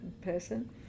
person